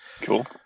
Cool